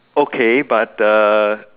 okay but the